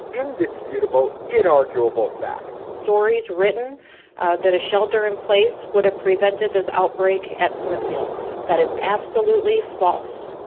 indisputable, inarguable fact stories written that a shelter in place would have prevented this outbreak at smithfield that is absolutely false.